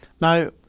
Now